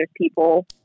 people